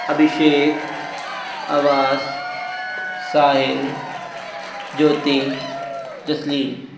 Abhishek Awas Sahil Jyoti Jasleen